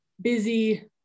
busy